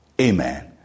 Amen